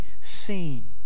seen